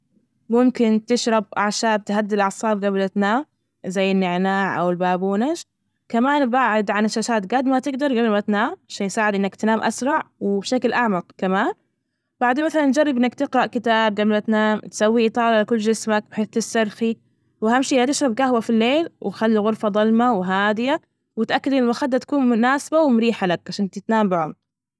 ممكن تشرب أعشاب تهدي الأعصاب جبل ما تنام زي النعناع أو البابونج كمان بعد عن الشاشات جد ما تجدر جبل ما تنام، عشان يساعد إنك تنام أسرع وبشكل أعمق كمان، بعدين مثلا نجرب إنك تقرأ كتاب جبل ما تنام تسوي إطالة لكل جسمك، بحيث تسترخي، وأهم شي لا تشرب جهوة في الليل وخلو الغرفة ظلمة وهادية، وتأكد أن المخدة تكون مناسبة ومريحة لك عشان تنام بعمق.